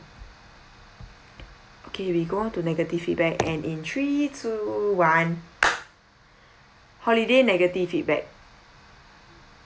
okay we go on to negative feedback and in three two one holiday negative feedback